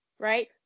right